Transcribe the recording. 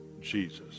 Jesus